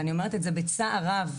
ואני אומרת את זה בצער רב.